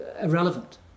irrelevant